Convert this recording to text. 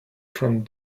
from